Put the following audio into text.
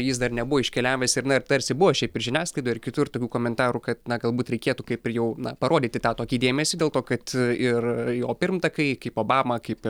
jis dar nebuvo iškeliavęs ir na ir tarsi buvo šiaip ir žiniasklaidoj ir kitur tokių komentarų kad na galbūt reikėtų kaip ir jau na parodyti tą tokį dėmesį dėl to kad ir jo pirmtakai kaip obama kaip